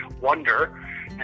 wonder